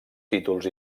títols